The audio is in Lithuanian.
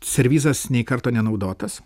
servizas nei karto nenaudotas